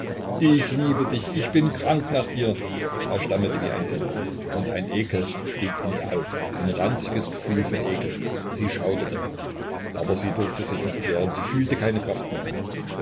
ich liebe dich ich bin krank nach dir er stammelte wie ein kind und ein ekel stieg in ihr auf ein ranziges gefühl von ekel sie schauderte aber sie durfte sich nicht wehren sie fühlte keine kraft mehr